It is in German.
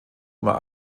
immer